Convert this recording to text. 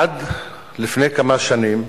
עד לפני כמה שנים